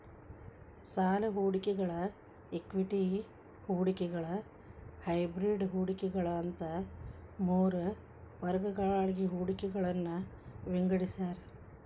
ಸಾಲ ಹೂಡಿಕೆಗಳ ಇಕ್ವಿಟಿ ಹೂಡಿಕೆಗಳ ಹೈಬ್ರಿಡ್ ಹೂಡಿಕೆಗಳ ಅಂತ ಮೂರ್ ವರ್ಗಗಳಾಗಿ ಹೂಡಿಕೆಗಳನ್ನ ವಿಂಗಡಿಸ್ಯಾರ